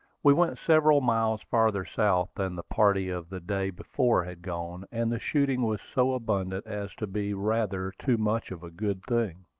we went several miles farther south than the party of the day before had gone and the shooting was so abundant as to be rather too much of a good thing.